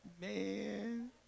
Man